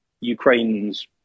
Ukraine's